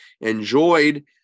enjoyed